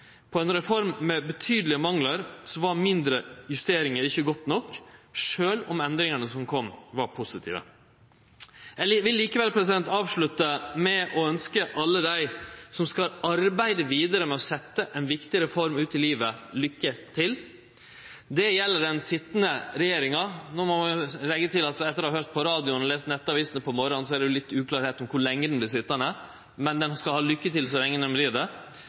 var ein direkte del av samtalene, og som vi synest er for svake i reforma, valde vi altså å stå utanfor. I ei reform med betydelege manglar var mindre justeringar ikkje godt nok sjølv om endringane som kom, var positive. Eg vil likevel avslutte med å ønskje alle dei som skal arbeide vidare med å setje ei viktig reform ut i livet, lukke til. Dette gjeld den sitjande regjeringa. No må vi leggje til at etter vi har lytta til radio og lese Nettavisen på morgonen, er det litt uklart kor lenge regjeringa vert sitjande, men dei skal ha lukke til